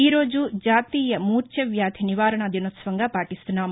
ఈరోజు జాతీయ మూర్ఛ వ్యాధి నివారణా దినోత్సవంగా పాటిస్తున్నాం